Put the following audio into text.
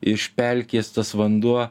iš pelkės tas vanduo